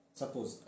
suppose